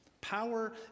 Power